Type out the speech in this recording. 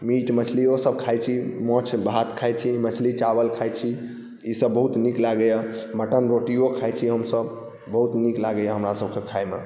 meat मछलिओसब खाइ छी माछ भात खाइ छी मछली चावल खाइ छी ईसब बहुत नीक लागैए मटन रोटिओ खाइ छी हमसब बहुत नीक लागैए हमरासबके खाइमे